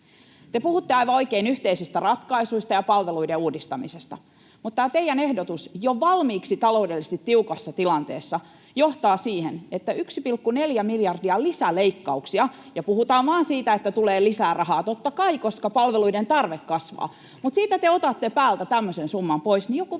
Te puhutte aivan oikein yhteisistä ratkaisuista ja palveluiden uudistamisesta, mutta tämä teidän ehdotuksenne jo valmiiksi taloudellisesti tiukassa tilanteessa johtaa siihen, että tulee 1,4 miljardia euroa lisäleikkauksia. Puhutaan vaan siitä, että tulee lisää rahaa — totta kai, koska palveluiden tarve kasvaa — mutta siitä te otatte päältä tämmöisen summan pois. Joku